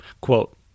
Quote